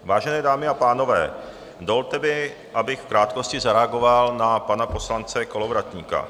Vážené dámy a pánové, dovolte mi, abych v krátkosti zareagoval na pana poslance Kolovratníka.